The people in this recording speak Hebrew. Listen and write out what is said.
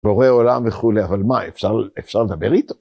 בורא העולם וכו', אבל מה, אפשר, אפשר לדבר איתו?